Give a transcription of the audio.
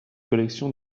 collection